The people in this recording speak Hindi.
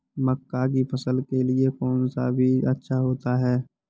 मक्का की फसल के लिए कौन सा बीज अच्छा होता है?